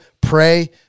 Pray